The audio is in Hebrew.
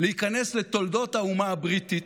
להיכנס לתולדות האומה הבריטית